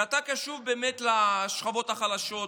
ואתה קשוב באמת לשכבות החלשות,